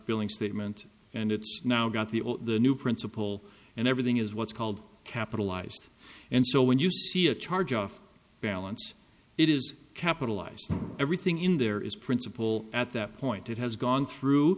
billing statement and it's now got the the new principal and everything is what's called capitalized and so when you see a charge off balance it is capitalized everything in there is principal at that point it has gone through